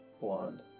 blonde